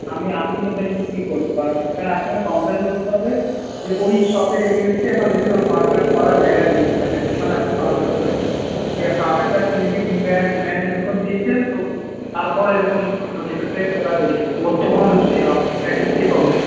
আমি আমি এবার নিয়ে কী করবো এখানে আপনার কমপ্লেন করতে হবে যে ওই শপের এগেনস্টে ওখানে দেখুন ও কমপ্লেন করার জায়গা দিয়েছে না সে ওখানে আপনি কমপ্লেন করে দিন যে খাওয়ারটা সুইগির ম্যান ম্যান ও রকম দিয়েছেন তো তারপর এরকম আপনার ভেতর থেকে খোলা বেরিয়েছে ওর তো কোনো দোষ নেই আপনার প্যাকিংটাই প্রবলেম